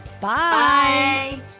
Bye